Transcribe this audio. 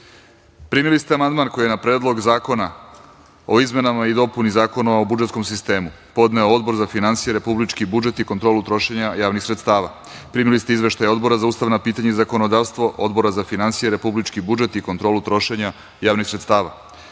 ste amandman koji je na Predlog zakona o izmenama i dopuni Zakona o budžetskom sistemu podneo Odbor za finansije, republički budžet i kontrolu trošenja javnih sredstava. Primili ste izveštaje Odbora za ustavna pitanja i zakonodavstvo, Odbora za finansije, republički budžet i kontrolu trošenja javnih sredstava. Pošto